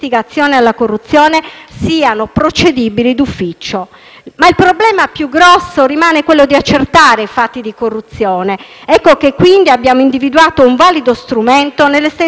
siano procedibili d'ufficio. Tuttavia il problema più grande rimane quello di accertare i fatti di corruzione; per questo abbiamo individuato un valido strumento nell'estensione della disciplina